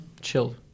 Chilled